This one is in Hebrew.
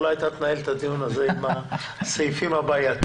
אולי אתה תנהל את הדיון הזה עם הסעיפים הבעייתיים?